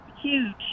huge